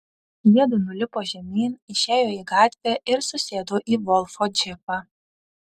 jiedu nulipo žemyn išėjo į gatvę ir susėdo į volfo džipą